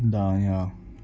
دایاں